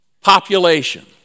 population